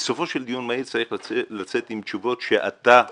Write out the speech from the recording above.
בסופו של דיון מהיר צריך לצאת עם תשובות שאתה נותן.